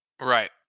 Right